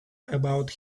about